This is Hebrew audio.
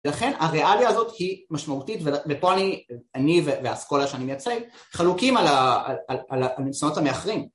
לכן הריאליה הזאת היא משמעותית, ופה אני, אני והאסכולה שאני מייצג, חלוקים על הניסיונות המאחרים